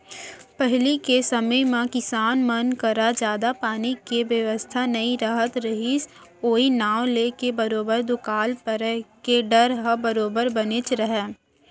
पहिली के समे म किसान मन करा जादा पानी के बेवस्था नइ रहत रहिस ओई नांव लेके बरोबर दुकाल परे के डर ह बरोबर बनेच रहय